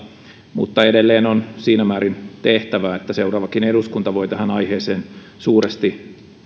mutta edelleen on siinä määrin tehtävää että seuraavakin eduskunta voi ja sen pitää tähän aiheeseen suuresti